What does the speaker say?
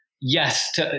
yes